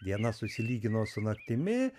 diena susilygino su naktimi